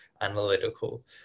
analytical